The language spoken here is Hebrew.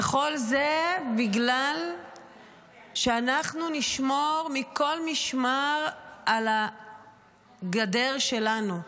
וכל זה בגלל שאנחנו נשמור מכל משמר על הגדר שלנו,